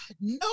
no